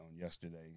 yesterday